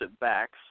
backs